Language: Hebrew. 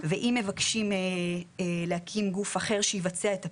ואם מבקשים להקים גוף אחר שייבצע את הפעילות,